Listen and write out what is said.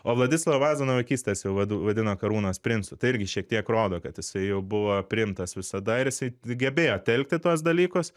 o vladislovą vazą vaikystės jau vadino karūnos princu tai irgi šiek tiek rodo kad jisai jau buvo priimtas visada ir jisai gebėjo telkti tuos dalykus